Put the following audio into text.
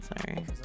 sorry